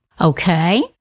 Okay